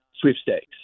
sweepstakes